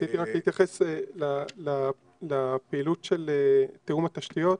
רציתי רק להתייחס לפעילות של תיאום התשתיות.